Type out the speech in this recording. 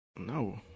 no